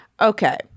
okay